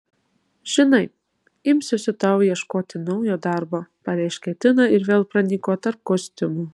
žinai imsiuosi tau ieškoti naujo darbo pareiškė tina ir vėl pranyko tarp kostiumų